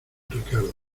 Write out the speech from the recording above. ricardo